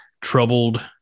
troubled